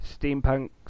steampunk